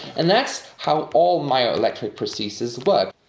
and that's how all myoelectric prostheses but